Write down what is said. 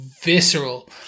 visceral